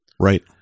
right